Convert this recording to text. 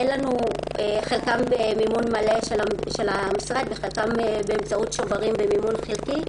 חלקם במימון מלא של המשרד וחלקם באמצעות שוברים במימון חלקי.